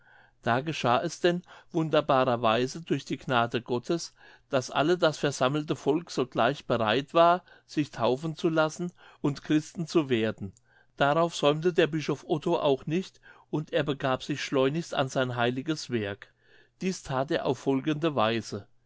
da geschah es denn wunderbarer weise durch die gnade gottes daß alle das versammelte volk sogleich bereit war sich taufen zu lassen und christen zu werden darauf säumte der bischof otto auch nicht und er begab sich schleunig an sein heiliges werk dieß that er auf folgende weise